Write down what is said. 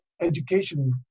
education